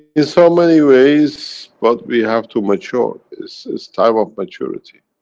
in so many ways, but we have to mature it's, it's time of maturity,